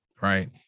right